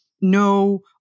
no